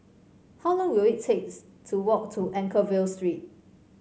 how long will it takes to walk to Anchorvale Street